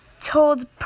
told